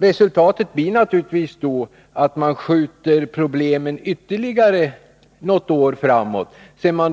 Resultatet blir naturligtvis att man skjuter problemen ytterligare något år framåt, sedan man